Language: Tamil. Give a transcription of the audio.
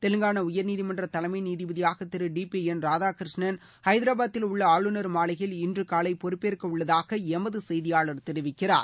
தெலங்கானா உயர்நீதிமன்ற தலைமை நீதிபதியாக திரு டி பி என் ராதாகிருஷ்ணன் ஐதராபாதில் உள்ள ஆளுநர் மாளிகையில் இன்று காலை பொறுப்பேற்க உள்ளதாக எமது செய்தியாளர் தெரிவிக்கிறார்